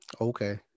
Okay